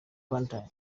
panther